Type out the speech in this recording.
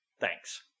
Thanks